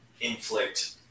inflict